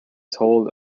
told